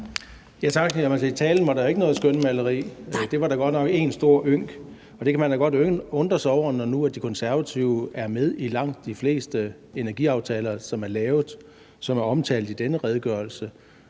at talen ikke var noget skønmaleri. Det var godt nok en stor ynk, og det kan man da godt undre sig over, når nu De Konservative er med i langt de fleste energiaftaler, der er lavet, og som er omtalt i denne redegørelse.